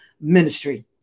ministry